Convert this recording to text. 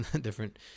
different